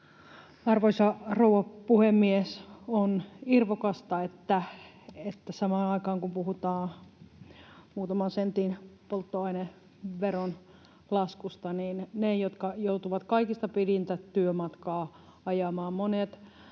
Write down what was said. Arvoisa rouva puhemies! On irvokasta, että samaan aikaan, kun puhutaan polttoaineveron muutaman sentin laskusta, niin ne, jotka joutuvat kaikista pisintä työmatkaa ajamaan, monet